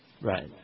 Right